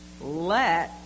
let